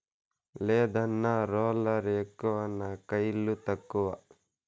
లేదన్నా, రోలర్ ఎక్కువ నా కయిలు తక్కువ